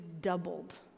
doubled